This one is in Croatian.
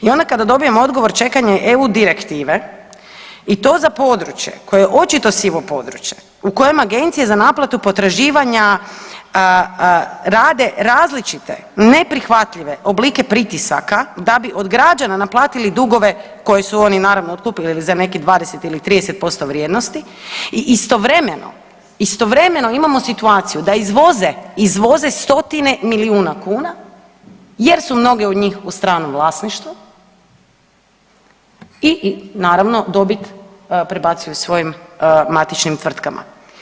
I onda kada dobijemo odgovor čekanje eu direktive i to za područje koje je očito sivo područje u kojem agencije za naplatu potraživanja rade različite, neprihvatljive oblike pritisaka da bi od građana naplatili dugove koje su oni naravno otkupili za nekih 20 ili 30% vrijednosti i istovremeno, istovremeno imamo situaciju da izvoze, izvoze stotine milijuna kuna jer su mnoge od njih u stranom vlasništvu i naravno dobit prebacuju svojim matičnim tvrtkama.